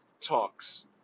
talks